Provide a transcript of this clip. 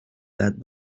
that